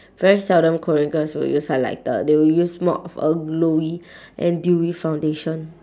very seldom korean girls will use highlighter they will use more of a glowy and dewy foundation